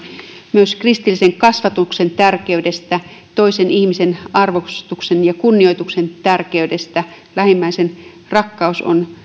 myös kristillisen kasvatuksen tärkeydestä toisen ihmisen arvostuksen ja kunnioituksen tärkeydestä lähimmäisenrakkaus on